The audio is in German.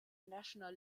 national